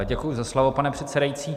Děkuji za slovo, pane předsedající.